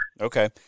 okay